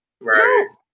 Right